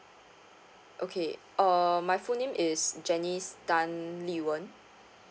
okay uh my full name is janice tan li wen